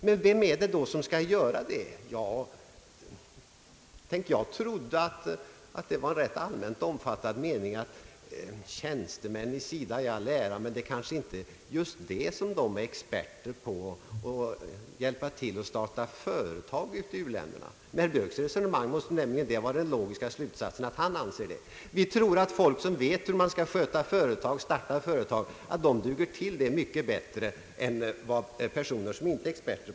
Tjänstemännen i SIDA i all ära, men jag trodde att det var en allmänt omfattad mening att det kanske inte är just de som är de bästa experterna på att hjälpa till att starta företag i u-länderna. Den logiska slutsatsen av herr Björks resonemang måste vara att han anser dessa tjänstemän vara lämpligast för detta. Vi tror att folk som vet hur man skall starta och sköta företag duger mycket bättre till det än personer som inte är €experter.